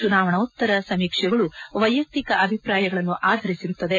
ಚುನಾವಣೋತ್ತರ ಸಮೀಕ್ಷೆಗಳು ವೈಯಕ್ತಿಕ ಅಭಿಪ್ರಾಯಗಳನ್ನು ಆಧರಿಸುತ್ತದೆ